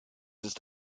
ist